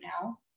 now